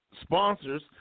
sponsors